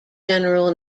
general